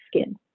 skin